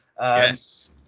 Yes